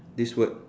this word